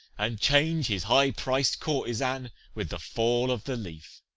and change his high-pric'd courtezan with the fall of the leaf.